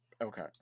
Okay